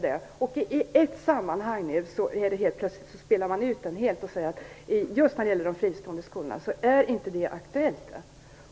Men i ett sammanhang är den principen nu helt utspelad: Just när det gäller de fristående skolorna är den inte längre aktuell.